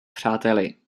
přáteli